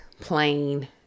plain